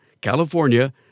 California